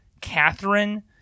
Catherine